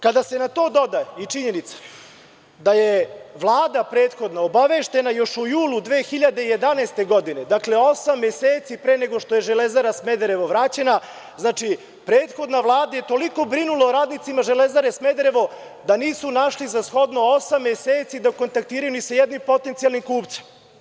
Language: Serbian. Kada se na to doda i činjenica da je Vlada prethodno obaveštena još u julu 2011. godine, dakle, osam meseci pre nego što je „Železara Smederevo“ vraćena, znači prethodna je toliko brinula o radnicima „Železare Smederevo“ da nisu našli za shodno osam meseci da kontaktiraju ni sa jednim potencijalnim kupcem.